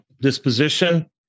disposition